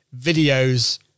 videos